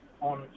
on